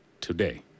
today